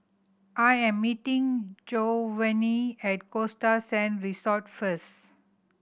I am meeting Jovanny at Costa Sand Resort first